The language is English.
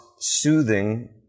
soothing